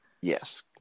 yes